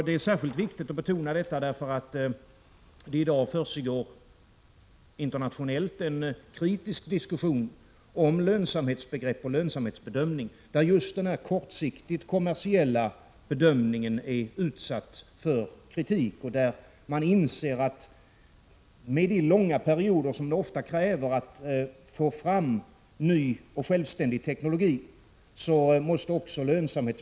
Det är särskilt viktigt att betona detta, eftersom det i dag försiggår en internationell, kritisk diskussion om lönsamhetsbegrepp och lönsamhetsbedömning där just denna kortsiktigt kommersiella bedömning är utsatt för kritik. Man inser att lönsamhetsbegreppets tolkning måste anpassas efter de långa perioder det ofta kräver att få fram ny och självständig teknologi.